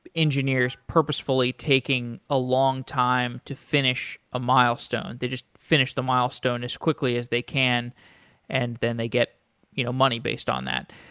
engineers purposefully taking a long time to finish a milestone. they just finish the milestone as quickly as they can and then they get you know money based on that.